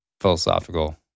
philosophical